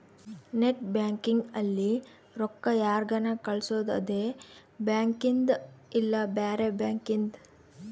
net banking ಅಲ್ಲಿ ರೊಕ್ಕ ಯಾರ್ಗನ ಕಳ್ಸೊದು ಅದೆ ಬ್ಯಾಂಕಿಂದ್ ಇಲ್ಲ ಬ್ಯಾರೆ ಬ್ಯಾಂಕಿಂದ್